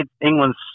England's